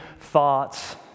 thoughts